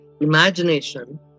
imagination